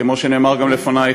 וכמו שנאמר גם לפני,